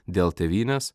dėl tėvynės